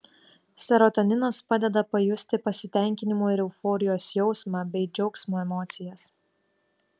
serotoninas padeda pajusti pasitenkinimo ir euforijos jausmą bei džiaugsmo emocijas